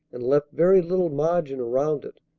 and left very little margin around it.